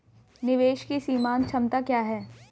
निवेश की सीमांत क्षमता क्या है?